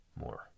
more